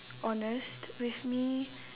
honest with me